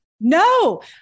No